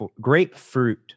grapefruit